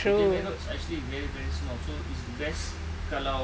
kita punya roads actually very very small so it's the best kalau